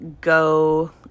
go